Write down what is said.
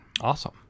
Awesome